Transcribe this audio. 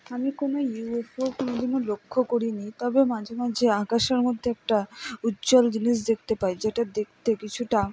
আমি কোনো ইউএফও কোনো দিনও লক্ষ্য করি নি তবে মাঝে মাঝে আকাশের মধ্যে একটা উজ্জ্বল জিনিস দেখতে পাই যেটা দেখতে কিছুটা